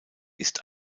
ist